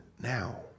now